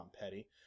Petty